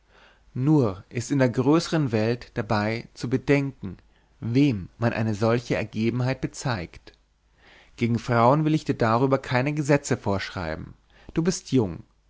nur ist in der größern welt dabei zu bedenken wem man eine solche ergebenheit bezeigt gegen frauen will ich dir darüber keine gesetze vorschreiben du bist jung